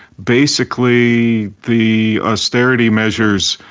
basically, the austerity measures,